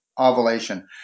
ovulation